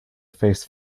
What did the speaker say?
face